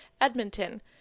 Edmonton